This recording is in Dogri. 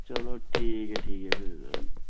चलो ठीक ऐ ठीक ऐ फिर